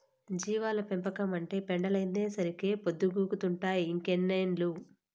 జీవాల పెంపకం, ఆటి పెండలైతేసరికే పొద్దుగూకతంటావ్ ఇంకెన్నేళ్ళు